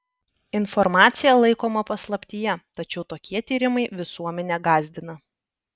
informacija laikoma paslaptyje tačiau tokie tyrimai visuomenę gąsdina